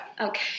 Okay